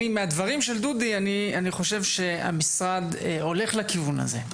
מהדברים של דודי אני חושב שהמשרד הולך לכיוון הזה.